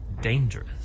dangerous